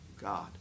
God